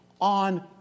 on